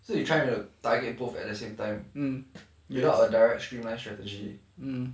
so you try to target both at the same time without a direct streamline strategy